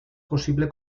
possible